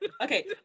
Okay